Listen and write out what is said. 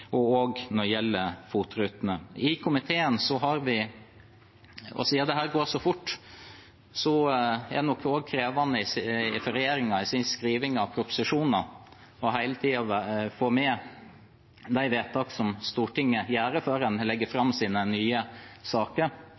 og avgifter, også når det gjelder FOT-rutene. Siden dette går så fort, er det krevende for regjeringen i skrivingen av proposisjoner hele tiden å få med de vedtakene Stortinget gjør, før de legger fram sine nye saker.